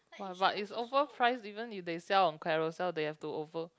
!wah! but it's overpriced even if they sell on Carousell they have to over